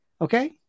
Okay